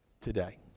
today